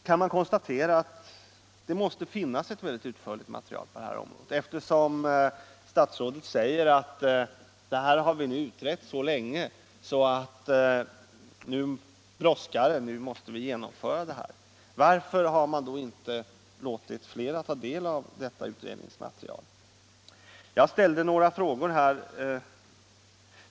Det måste emellertid finnas ett mycket utförligt material på detta område, eftersom statsrådet säger att man har utrett saken så länge att det nu brådskar med ett genomförande. Varför har han då inte låtit flera ta del av detta utredningsmaterial? Jag ställde tidigare några frågor.